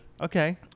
okay